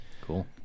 Cool